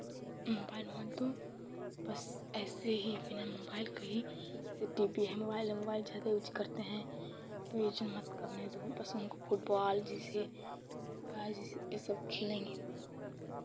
mobile मत दो बस ऐसे ही बिना मोबाइल के ही जैसे टी वी है मोबाइल है मोबाइल ज़्यादे यूज़ करते हैं तो ये चीज़ मत करने दो बस उनको फुटबाॅल जैसे बॉल जैसे ये सब खेलेंगे